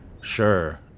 Sure